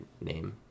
name